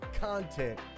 content